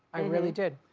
i really did.